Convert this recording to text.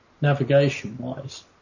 navigation-wise